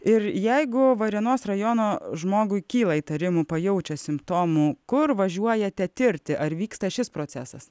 ir jeigu varėnos rajono žmogui kyla įtarimų pajaučia simptomų kur važiuojate tirti ar vyksta šis procesas